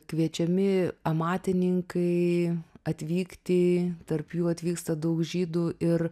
kviečiami amatininkai atvykti tarp jų atvyksta daug žydų ir